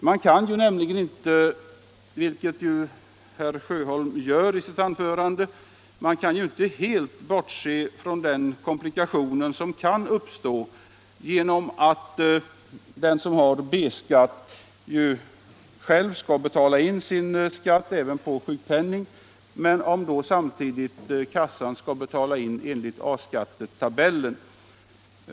Man kan nämligen inte, som herr Sjöholm gör i sitt anförande, helt bortse från den komplikation som kan uppstå när den som har B-skatt själv skall betala in skatt även på sjukpenning och kassan skall betala in skatt enligt A-skattetabellen.